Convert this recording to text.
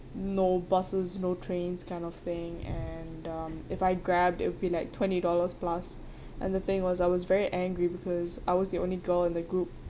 no buses no trains kind of thing and um if I grabbed it'll be like twenty dollars plus and the thing was I was very angry because I was the only girl in the group